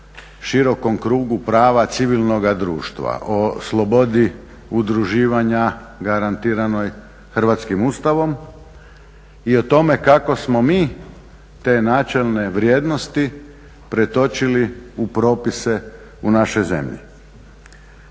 širokom krugu prava civilnoga društva, o slobodi udruživanja garantiranoj hrvatskim Ustavom i o tome kako smo mi te načelne vrijednosti pretočili u propise u našoj zemlji.